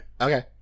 Okay